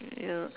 ya